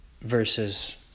versus